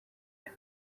him